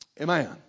Amen